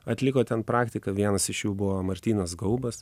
atliko ten praktiką vienas iš jų buvo martynas gaubas